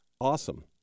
awesome